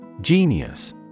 Genius